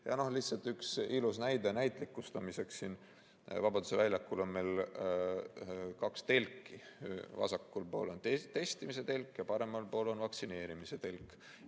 Lihtsalt üks ilus näide näitlikustamiseks. Vabaduse väljakul on meil kaks telki: vasakul pool on testimise telk ja paremal pool on vaktsineerimise telk.